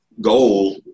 goal